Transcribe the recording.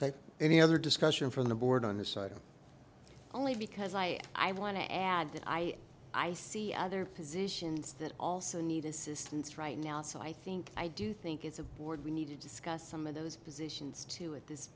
like any other discussion from the board on the side only because i i want to add that i i see other positions that also need assistance right now so i think i do think it's a board we need to discuss some of those positions to at this